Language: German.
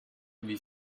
wie